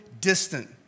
distant